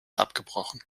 abgebrochen